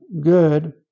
good